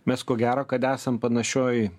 mes ko gero kad esam panašioj